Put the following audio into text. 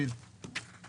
כפי שאמרתי לכם,